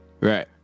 Right